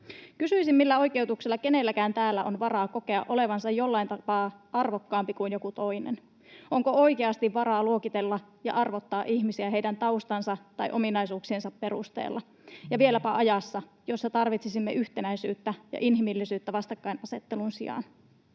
Kysyisin, millä oikeutuksella kenelläkään täällä on varaa kokea olevansa jollain tapaa arvokkaampi kuin joku toinen. Onko oikeasti varaa luokitella ja arvottaa ihmisiä heidän taustansa tai ominaisuuksiensa perusteella, ja vieläpä ajassa, jossa tarvitsisimme yhtenäisyyttä ja inhimillisyyttä vastakkainasettelun sijaan?